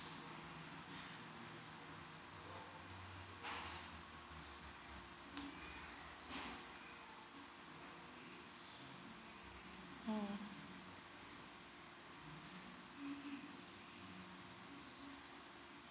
mm